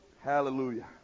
Hallelujah